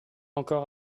encore